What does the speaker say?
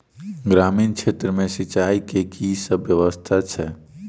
ग्रामीण क्षेत्र मे सिंचाई केँ की सब व्यवस्था छै?